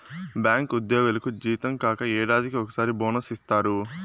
bank ఉద్యోగులకు జీతం కాక ఏడాదికి ఒకసారి బోనస్ ఇత్తారు